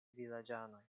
vilaĝanoj